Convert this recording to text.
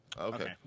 Okay